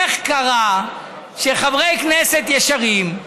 איך קרה שחברי כנסת ישרים,